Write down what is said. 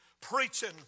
preaching